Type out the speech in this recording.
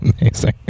Amazing